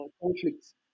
conflicts